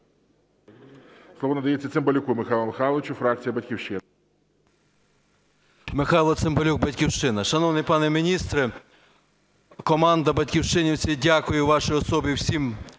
Слово надається Цимбалюку Михайлу Михайловичу, фракція "Батьківщина".